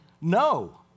no